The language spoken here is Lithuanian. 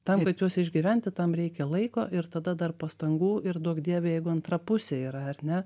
tam kad juos išgyventi tam reikia laiko ir tada dar pastangų ir duok dieve jeigu antra pusė yra ar ne